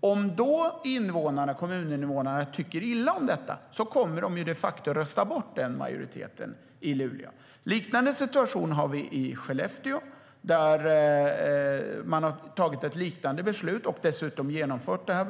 Om kommuninvånarna då tycker illa om detta kommer man de facto att rösta bort denna majoritet i Luleå. Vi har en liknande situation i Skellefteå, där man har fattat ett liknande beslut och dessutom genomfört det.